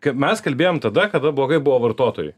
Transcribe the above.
kai mes kalbėjom tada kada blogai buvo vartotojui